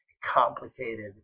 complicated